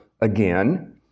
again